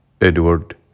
Edward